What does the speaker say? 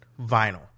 vinyl